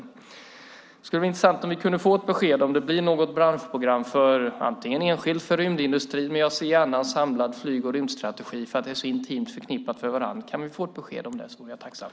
Det skulle vara intressant om vi kunde få ett besked om det blir något branschprogram enskilt för rymdindustrin, men jag ser gärna en samlad flyg och rymdstrategi eftersom de är så intimt förknippade med varandra. Kan vi få ett besked om det? I så fall vore jag tacksam.